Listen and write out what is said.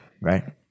right